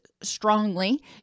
strongly